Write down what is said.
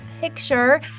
picture